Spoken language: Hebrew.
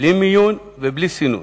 בלי מיון ובלי סינון,